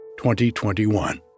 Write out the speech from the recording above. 2021